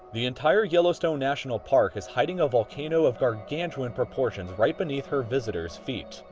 the entire yellowstone national park is hiding a volcano of gargantuan proportions right beneath her visitors' feet.